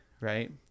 right